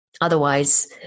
Otherwise